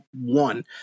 one